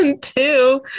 two